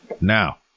Now